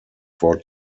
four